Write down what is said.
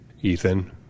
Ethan